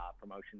promotion